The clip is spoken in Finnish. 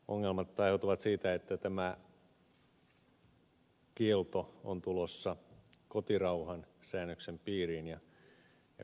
ongelmat aiheutuvat siitä että tämä kielto on tulossa kotirauhasäännöksen piiriin